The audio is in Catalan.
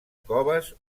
coves